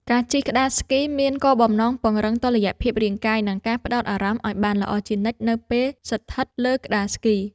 ការជិះក្ដារស្គីមានគោលបំណងពង្រឹងតុល្យភាពរាងកាយ និងការផ្ដោតអារម្មណ៍ឱ្យបានល្អជានិច្ចនៅពេលស្ថិតលើក្ដារស្គី។